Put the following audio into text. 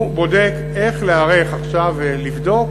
בודק איך להיערך עכשיו ולבדוק,